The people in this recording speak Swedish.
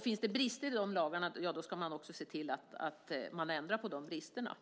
Finns det brister i lagarna ska man också se till att ändra det som brister. När